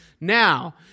Now